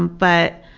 but